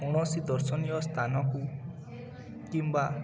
କୌଣସି ଦର୍ଶନୀୟ ସ୍ଥାନକୁ କିମ୍ବା